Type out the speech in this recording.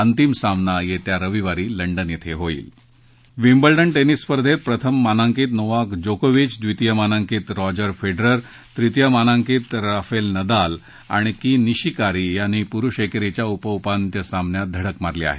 अंतिम सामना येत्या रविवारी लंडन विम्बल्डन टेनिस स्पर्धेत प्रथम मानांकित नोवाक जोकोविच द्वितीय मानांकित रॉजर फेडरर तृतीय मानांकित राफेल नदाल आणि केई निशिकोरी यांनी पुरुष एकेरीच्या उप उपांत्य सामन्यात धडक मारली आहे